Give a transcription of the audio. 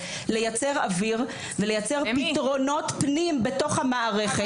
לייצר אוויר ולייצר פתרונות פנים בתוך המערכת.